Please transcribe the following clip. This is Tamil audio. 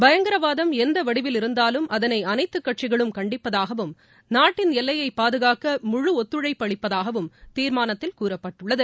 பயங்கரவாதம் எந்த வடிவில் இருந்தாலும் அதளை அனைத்துக் கட்சிகளும் கண்டிப்பதாகவும் நாட்டின் எல்லையை பாதுகாக்க முழு ஒத்துழைப்பு அளிப்பதாகவும் தீர்மானத்தில் கூறப்பட்டுள்ளது